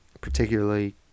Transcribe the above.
particularly